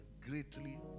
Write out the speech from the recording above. greatly